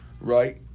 Right